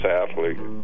athlete